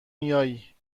میائی